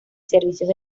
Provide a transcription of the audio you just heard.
servicios